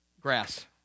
grass